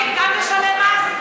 גם ישלם מס?